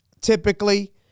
typically